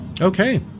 Okay